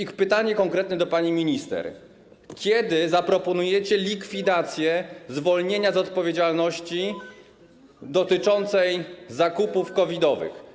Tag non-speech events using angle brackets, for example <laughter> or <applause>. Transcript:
I pytanie konkretne do pani minister: Kiedy zaproponujecie likwidację <noise> zwolnienia z odpowiedzialności dotyczącej zakupów COVID-owych?